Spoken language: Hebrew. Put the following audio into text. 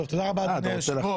תודה רבה, אדוני היושב-ראש.